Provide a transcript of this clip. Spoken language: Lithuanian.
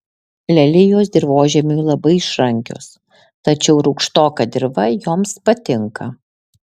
lelijos dirvožemiui labai išrankios tačiau rūgštoka dirva joms patinka